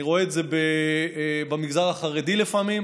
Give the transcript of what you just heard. אני רואה את זה במגזר החרדי לפעמים,